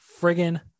friggin